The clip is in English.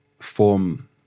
form